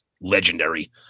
legendary